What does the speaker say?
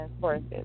courses